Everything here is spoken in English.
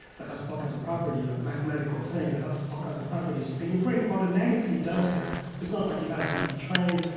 has all kinds of property, a mathematical thing that has all kinds of properties. and your brain automatically does that. it's not like you have to be trained.